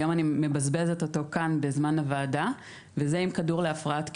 היום אני מבזבזת אותו כאן בזמן הוועדה עם כדור להפרעת קשב,